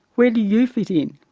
where do you fit in?